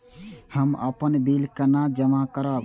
हम अपन बिल केना जमा करब?